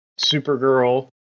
Supergirl